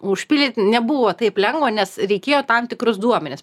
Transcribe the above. užpildyti nebuvo taip lengva nes reikėjo tam tikrus duomenis